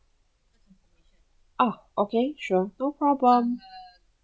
oh okay sure no problem